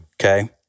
Okay